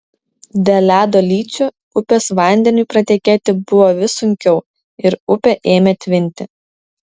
dėl ledo lyčių upės vandeniui pratekėti buvo vis sunkiau ir upė ėmė tvinti